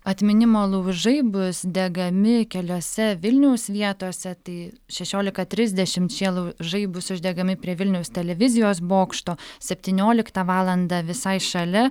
atminimo laužai bus degami keliose vilniaus vietose tai šešiolika trisdešimt šie laužai bus uždegami prie vilniaus televizijos bokšto septynioliktą valandą visai šalia